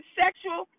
sexual